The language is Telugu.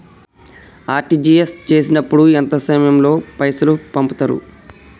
ఆర్.టి.జి.ఎస్ చేసినప్పుడు ఎంత సమయం లో పైసలు పంపుతరు?